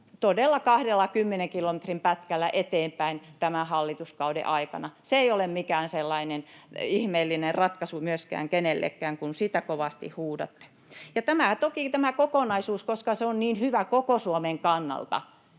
todella kahdella kymmenen kilometrin pätkällä eteenpäin tämän hallituskauden aikana. Se ei ole myöskään mikään sellainen ihmeellinen ratkaisu kenellekään, kun sitä kovasti huudatte. Ja toki tämä kokonaisuus, koska se on niin hyvä koko Suomen kannalta,